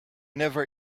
never